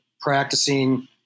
practicing